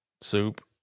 soup